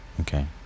okay